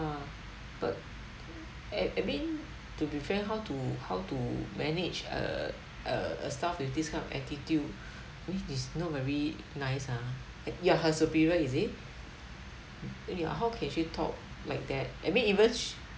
ah but I mean to be fair how to how to manage a a a staff with this kind of attitude which is not very nice ah you're her superior is it ya how can she talk like that I mean even sh~